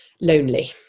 lonely